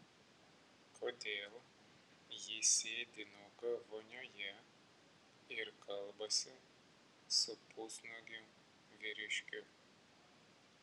kodėl ji sėdi nuoga vonioje ir kalbasi su pusnuogiu vyriškiu